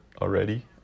already